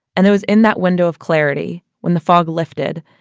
and it was in that window of clarity, when the fog lifted,